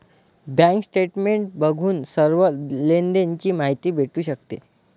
bank statement बघून सर्व लेनदेण ची माहिती भेटू शकते